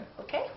Okay